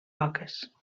roques